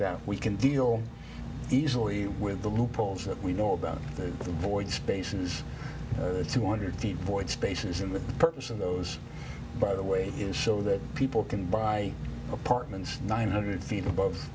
out we can deal easily with the loopholes that we know about the void spaces or the two hundred feet void spaces in the purchase of those by the way you show that people can buy apartments nine hundred feet above